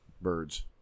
birds